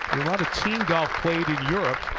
lot of team golf played in europe.